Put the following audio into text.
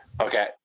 Okay